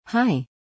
Hi